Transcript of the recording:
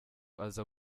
aza